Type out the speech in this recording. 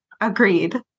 Agreed